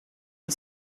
and